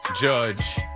Judge